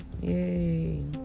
Yay